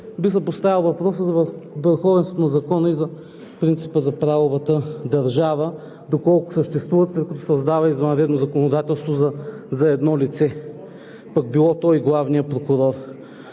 би се поставил въпросът за върховенството на закона и за принципа за правовата държава – доколко съществуват, след като се създава извънредно законодателство за едно лице, пък било то и главният прокурор.